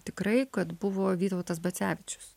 tikrai kad buvo vytautas bacevičius